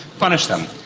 punish them.